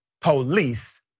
police